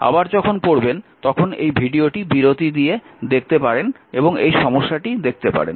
আবার যখন পড়বেন তখন এই ভিডিওটি বিরতি দিয়ে দেখতে পারেন এবং এই সমস্যাটি দেখতে পারেন